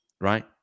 right